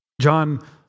John